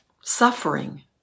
suffering